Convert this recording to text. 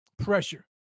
pressure